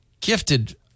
gifted